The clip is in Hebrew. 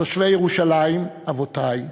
תושבי ירושלים, אבותי,